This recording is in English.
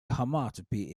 homotopy